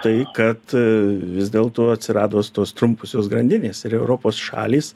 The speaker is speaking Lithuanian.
tai kad vis dėl to atsirados tos trumposios grandinės ir europos šalys